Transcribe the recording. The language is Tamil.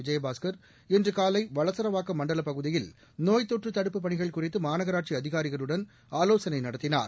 விஜயபாஸ்கர் இன்று காலை வளசரவாக்கம் மண்டலப் பகுதியில் நோய்த் தொற்று தடுப்புப் பணிகள் குறித்து மாநகராட்சி அதிகாரிகளுடன் ஆலோசனை நடத்தினார்